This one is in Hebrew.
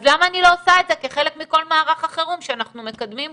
אז למה אני לא עושה את זה כחלק מכל מערך החירום שאנחנו מקדמים כאן?